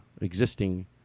existing